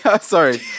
sorry